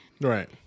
Right